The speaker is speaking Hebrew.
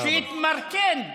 שיתמרקן.